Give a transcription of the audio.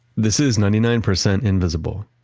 this is ninety nine percent invisible.